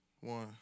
One